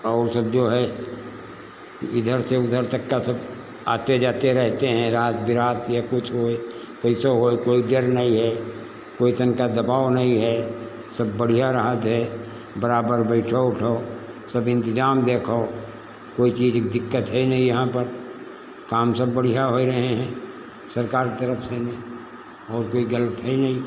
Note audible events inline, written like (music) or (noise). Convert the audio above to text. और सब जो है इधर से उधर तक का सब आते जाते रहते हैं रात बिरात (unintelligible) कुछ होए कैसे होए कोई डर नहीं है कोई तनका दबाव नहीं है सब बढ़िया रहात है बराबर बैठे उठो सब इंतजाम देखो कोई चीज की दिक्कत है नहीं यहाँ पर काम सब बढ़िया होए रहे हैं सरकार की तरफ से नई और कोई गलत है नहीं